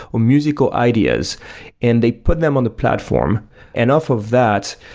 or musical ideas and they put them on the platform and off of that,